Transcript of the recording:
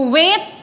wait